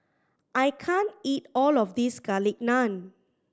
I can't eat all of this Garlic Naan